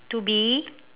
to be